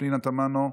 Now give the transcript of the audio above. פנינה תמנו,